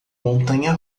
montanha